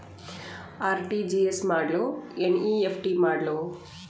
RTGS ಮಾಡ್ಲೊ NEFT ಮಾಡ್ಲೊ?